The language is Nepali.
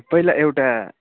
पहिला एउटा